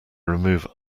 remove